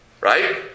Right